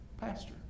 pastor